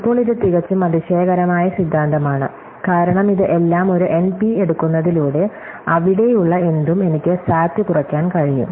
ഇപ്പോൾ ഇത് തികച്ചും അതിശയകരമായ സിദ്ധാന്തമാണ് കാരണം ഇത് എല്ലാം ഒരു എൻപി എടുക്കുന്നതിലൂടെ അവിടെയുള്ള എന്തും എനിക്ക് സാറ്റ് കുറയ്ക്കാൻ കഴിയും